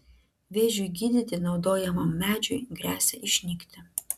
vėžiui gydyti naudojamam medžiui gresia išnykti